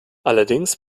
allerdings